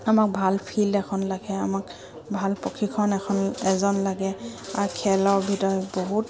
আমাক ভাল ফিল্ড এখন লাগে আমাক ভাল প্ৰশিক্ষণ এখন এজন লাগে আৰু খেলৰ ভিতৰত বহুত